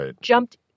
jumped